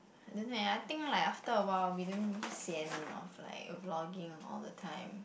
I don't know leh I think like after a while I'll be damn sian of like of vlogging all the time